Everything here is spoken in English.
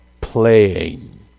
playing